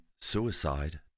suicide